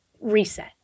reset